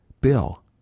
Bill